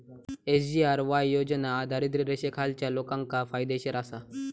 SGRY योजना दारिद्र्य रेषेखालच्या लोकांका फायदेशीर आसा